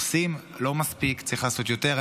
עושים, לא מספיק, צריך לעשות יותר.